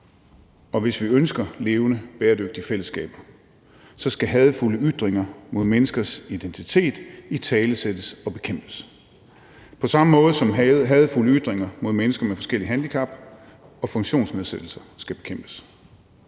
og hvis vi ønsker levende, bæredygtige fællesskaber, så skal hadefulde ytringer mod menneskers identitet italesættes og bekæmpes – på samme måde, som hadefulde ytringer mod mennesker med forskellige handicap og funktionsnedsættelser skal bekæmpes.